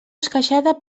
esqueixada